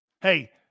Hey